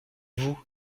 vous